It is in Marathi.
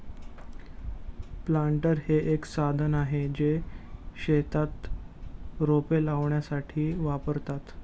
प्लांटर हे एक साधन आहे, जे शेतात रोपे लावण्यासाठी वापरतात